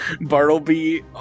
Bartleby